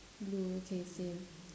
blue okay same